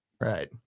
Right